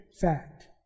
fact